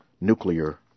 nuclear